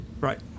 Right